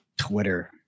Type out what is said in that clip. Twitter